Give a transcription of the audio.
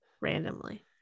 randomly